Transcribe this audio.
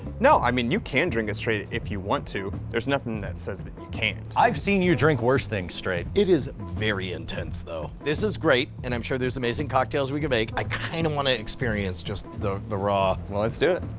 no, i mean you can drink it straight if you want to, there's nothing that says that you can't. i've seen you drink worse things straight. it is very intense, though. this is great and i'm sure there's amazing cocktails we can make, i kind of want to experience just the the raw. well, let's do it.